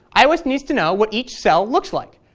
ios needs to know what each cell looks like,